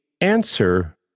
answer